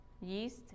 yeast